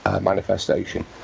manifestation